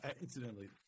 incidentally